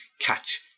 catch